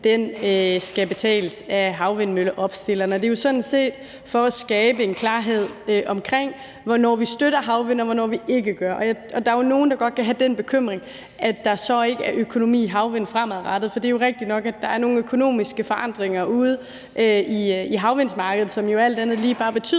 skal betales af havvindmølleopstilleren. Det er jo sådan set for at skabe en klarhed omkring, hvornår vi støtter havvindmøller, og hvornår vi ikke gør. Der er jo nogle, der godt kan have den bekymring, at der så ikke er økonomi i havvind fremadrettet, for det er jo rigtigt nok, at der er nogle økonomiske forandringer ude i markedet, som alt andet lige bare betyder,